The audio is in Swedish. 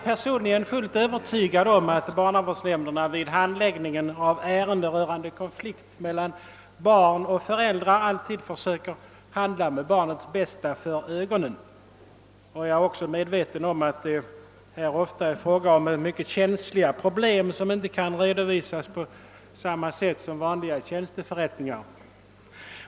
Personligen är jag fullt övertygad om att barnavårdsnämnderna vid handläggningen av ärenden rörande konflikt mellan barn och föräldrar alltid försöker handla med barnets bästa för ögonen. Jag är också medveten om att det här ofta är fråga om mycket känsliga problem, som inte kan redovisas på samma sätt som vanliga tjänsteförrättningar.